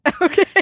Okay